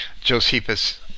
Josephus